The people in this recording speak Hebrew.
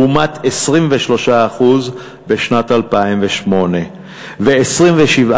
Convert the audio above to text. לעומת 23% בשנת 2008 ו-27%